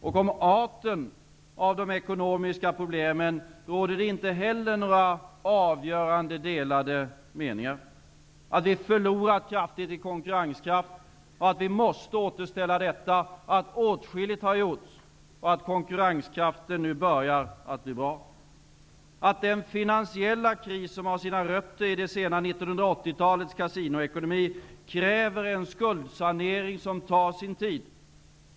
Om arten av de ekonomiska problemen råder det inte heller några avgörande delade meningar: Att vi har förlorat kraftigt i konkurrenskraft och måste återställa denna, att åtskilligt gjorts och att konkurrenskraften nu börjar bli bra. Att den finansiella kris som har sina rötter i det sena 1980-talets kasinoekonomi kräver en skuldsanering som tar sin tid.